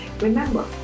Remember